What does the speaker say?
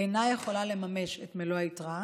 אינה יכולה לממש את מלוא היתרה,